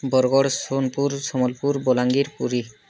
Bargarh Sonepur Sambalpur Balangir Puri